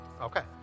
Okay